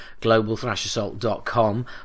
globalthrashassault.com